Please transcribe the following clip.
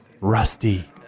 Rusty